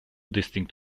distinct